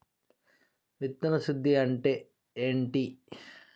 విత్తన శుద్ధి అంటే ఏంటి?